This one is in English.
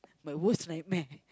my worst nightmare